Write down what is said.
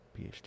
phd